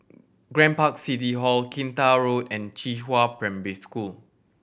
Grand Park City Hall Kinta Road and Qihua Primary School